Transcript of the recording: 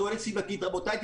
תועלת סביבתית רבותיי,